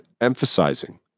emphasizing